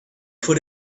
put